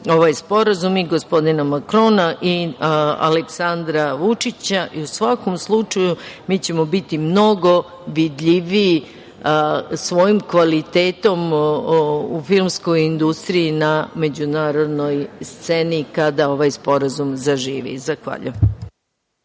ovaj sporazum, gospodina Makrona i Aleksandra Vučića.U svakom slučaju, mi ćemo biti mnogo vidljiviji svojim kvalitetom u filmskoj industriji na međunarodnoj sceni kada ovaj sporazum zaživi. Zahvaljujem.